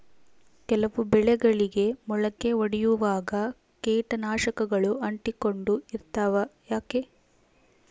ಕೆಲವು ಬೆಳೆಗಳಿಗೆ ಮೊಳಕೆ ಒಡಿಯುವಾಗ ಕೇಟನಾಶಕಗಳು ಅಂಟಿಕೊಂಡು ಇರ್ತವ ಯಾಕೆ?